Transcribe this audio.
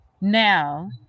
Now